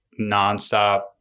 nonstop